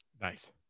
Nice